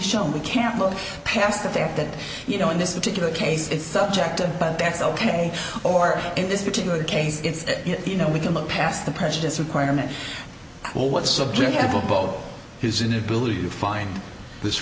shown we can't look past the fact that you know in this particular case it's subject but that's ok or in this particular case it's you know we can look past the prejudice requirement well what subject will both his inability to find this